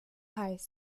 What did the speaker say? high